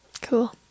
Cool